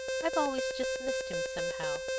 i've always just missed him somehow.